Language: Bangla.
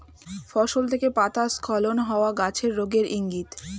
ফসল থেকে পাতা স্খলন হওয়া গাছের রোগের ইংগিত